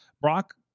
Brock